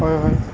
হয় হয়